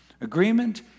Agreement